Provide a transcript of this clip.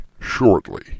shortly